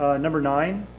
ah number nine,